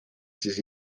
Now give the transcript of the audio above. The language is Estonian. siis